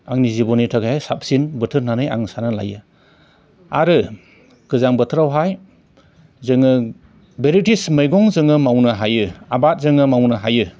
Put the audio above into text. आंनि जिबननि थाखाय साबसिन बोथोर होननानै आं सानना लायो आरो गोजां बोथोरावहाय जोङो भेरायटिस मैगं जोङो मावनो हायो आबाद जोङो मावनो हायो